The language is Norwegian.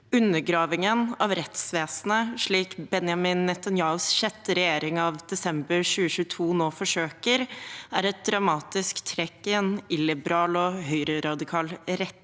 Undergravingen av rettsvesenet, slik Benjamin Netanyahus sjette regjering av desember 2022 nå forsøker, er et dramatisk trekk i en illiberal og høyreradikal retning.